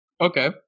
Okay